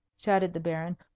shouted the baron.